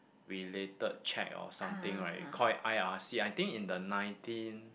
related check or something right we call it I_R_C I think in the nineteen